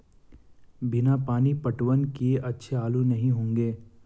बिना पानी पटवन किए अच्छे आलू नही होंगे